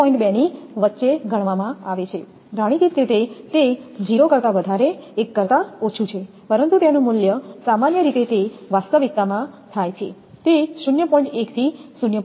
2 ની વચ્ચે ગણવામાં આવે છે ગાણિતિક રીતે તે 0 કરતા વધારે 1 કરતા ઓછું છે પરંતુ તેનું મૂલ્ય સામાન્ય રીતે તે વાસ્તવિકતામાં થાય છે તે 0